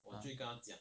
ah